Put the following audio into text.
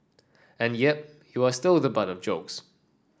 and yep you are still the butt of jokes